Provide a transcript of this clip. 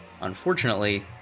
Unfortunately